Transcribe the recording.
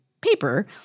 paper